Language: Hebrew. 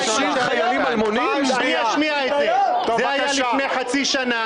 זה היה לפני שנה.